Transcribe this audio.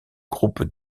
groupe